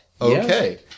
Okay